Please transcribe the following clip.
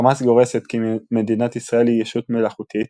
חמאס גורסת כי מדינת ישראל היא ישות מלאכותית,